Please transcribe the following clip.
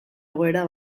egoera